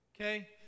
Okay